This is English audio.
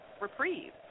reprieve